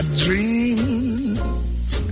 dreams